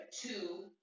two